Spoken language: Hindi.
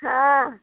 हाँ